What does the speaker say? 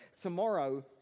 Tomorrow